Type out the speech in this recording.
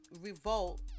Revolt